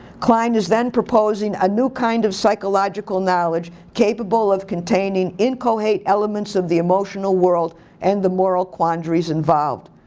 klein is then proposing a new kind of psychological knowledge capable of containing inchoate elements of the emotional world and the moral quandaries involved.